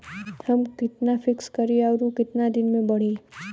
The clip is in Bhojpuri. हम कितना फिक्स करी और ऊ कितना दिन में बड़ी?